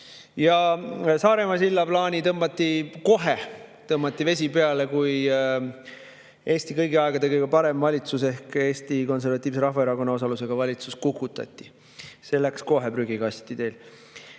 Saaremaa silla plaanile tõmmati kohe vesi peale, kui Eesti kõigi aegade kõige parem valitsus ehk Eesti Konservatiivse Rahvaerakonna osalusega valitsus kukutati. See plaan läks teil